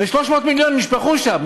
ו-300 מיליון נשפכו שם.